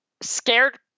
scared